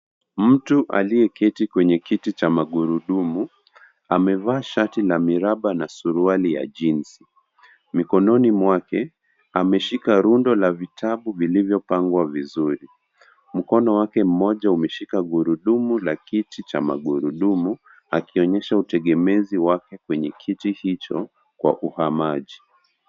Mtu aliyeketi kwenye kiti cha magurudumu, amevaa shati la miraba na suruali ya jeans . Mikononi mwake ameshika rundo la vitabu vilivyopangwa vizuri. Mkono wake mmoja umeshika gurudumu la kiti cha magurudumu, akionyesha utegemezi wake kwenye kiti hicho kwa uhamaji.